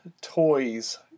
toys